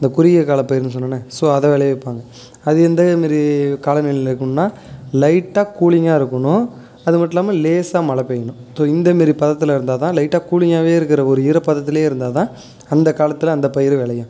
இந்த குறுகிய கால பயிருன்னு சொன்னேன ஸோ அதை விளைவிப்பாங்க அது எந்தமாரி காலநிலையில் இருக்கணுன்னால் லைட்டாக கூலிங்காக இருக்கணும் அது மட்டும் இல்லாமல் லேசாக மழை பெய்யணும் ஸோ இந்தமாரி பதத்தில் இருந்தால் தான் லைட்டாக கூலிங்காகவே இருக்கிற ஒரு ஈரப்பதத்தில் இருந்தால் தான் அந்தக் காலத்தில்அந்தப் பயிர் விளையும்